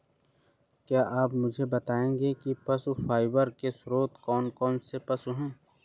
क्या आप मुझे बताएंगे कि पशु फाइबर के स्रोत कौन कौन से पशु हैं?